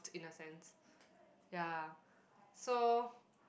in a sense ya so